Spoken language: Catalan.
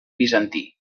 bizantí